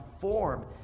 form